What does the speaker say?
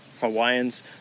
Hawaiians